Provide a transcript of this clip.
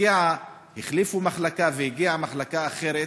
כשהחליפו מחלקה והגיעה מחלקה אחרת,